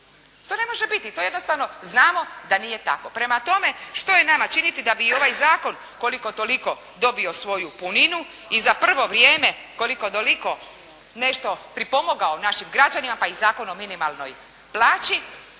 To ne može biti. To jednostavno znamo da nije tako. Prema tome, što je nama činiti da bi i ovaj zakon koliko toliko dobio svoju puninu i za prvo vrijeme koliko toliko nešto pripomogao našim građanima, pa i Zakon o minimalnoj plaći.